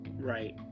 Right